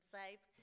safe